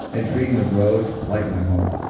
and treating the road like my home.